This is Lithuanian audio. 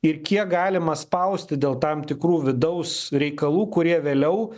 ir kiek galima spausti dėl tam tikrų vidaus reikalų kurie vėliau